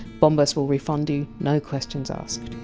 bombas will refund you, no questions asked